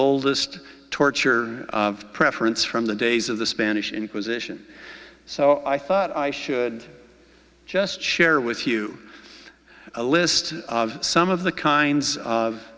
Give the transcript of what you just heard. oldest torture preference from the days of the spanish inquisition so i thought i should just share with you a list of some of the kinds of